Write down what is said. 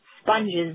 sponges